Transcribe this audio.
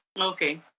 Okay